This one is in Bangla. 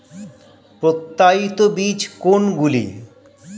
প্রত্যায়িত বীজ কোনগুলি?